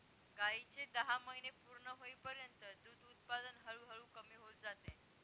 गायीचे दहा महिने पूर्ण होईपर्यंत दूध उत्पादन हळूहळू कमी होत जाते